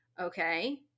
Okay